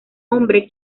hombre